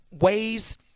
ways